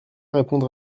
répondre